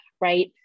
right